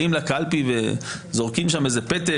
באים לקלפי וזורקים שם איזה פתק,